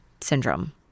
syndrome